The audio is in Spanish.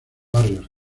barrios